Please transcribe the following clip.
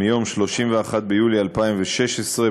מיום 31 ביולי 2016,